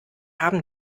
haben